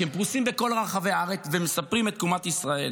כי הם פרוסים בכל רחבי הארץ ומספרים את תקומת ישראל,